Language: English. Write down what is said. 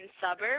suburb